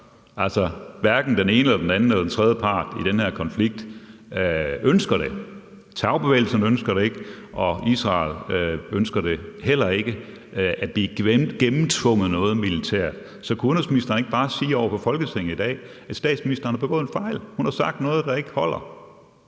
Altså hverken den ene eller den anden eller den tredje part i den her konflikt ønsker det. Terrorbevægelserne ønsker det ikke, og Israel ønsker heller ikke, at der bliver gennemtvunget noget militært. Så kunne udenrigsministeren ikke bare sige over for Folketinget i dag, at statsministeren har begået en fejl? Hun har sagt noget, der ikke holder.